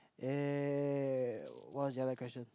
eh what's the other question